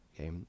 Okay